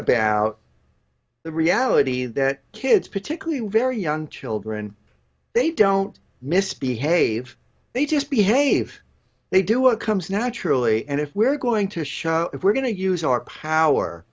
about the reality that kids particularly very young children they don't misbehave they just behave they do what comes naturally and if we're going to show if we're going to use our power